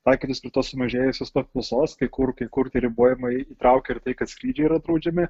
taikytis prie tos sumažėjusios paklausos kai kur kai kur tie ribojimai įtraukia ir tai kad skrydžiai yra draudžiami